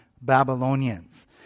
Babylonians